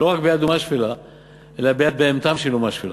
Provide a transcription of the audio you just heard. ולא רק ביד אומה שפלה אלא ביד בהמתם של אומה שפלה.